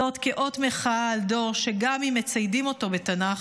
זאת לאות מחאה על דור שגם אם מציידים אותו בתנ"ך,